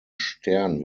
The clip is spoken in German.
stern